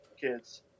kids